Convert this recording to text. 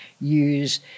use